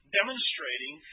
demonstrating